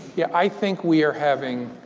yeah, i think we're having